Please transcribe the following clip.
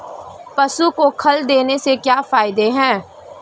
पशु को खल देने से क्या फायदे हैं?